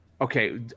okay